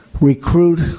recruit